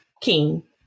king